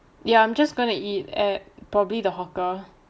ya I'm just gonna eat at probably the hawker